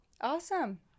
Awesome